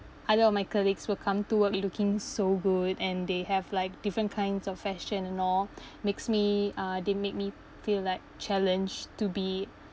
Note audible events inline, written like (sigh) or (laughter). either of my colleagues will come to work looking so good and they have like different kinds of fashion and all (breath) makes me uh they make me feel like challenged to be